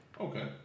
Okay